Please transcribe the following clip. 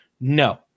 no